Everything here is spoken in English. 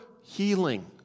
healing